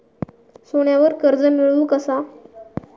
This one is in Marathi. सोन्यावर कर्ज मिळवू कसा?